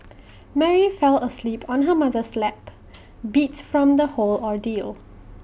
Mary fell asleep on her mother's lap beat from the whole ordeal